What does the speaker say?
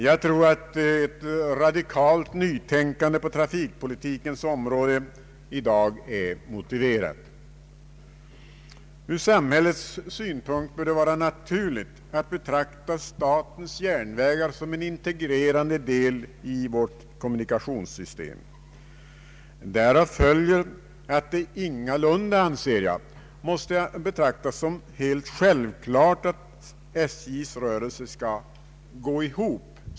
Jag tror att ett radikalt nytänkande på trafikpolitikens område i dag är motitverat. Ur samhällets synpunkt bör det vara naturligt att betrakta statens järnvägar som en integrerande del av vårt kommunikationssystem. Därav följer, anser jag, att det ingalunda måste betraktas som helt självklart att SJ:s rörelse skall ”gå ihop”.